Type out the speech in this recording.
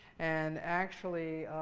and actually,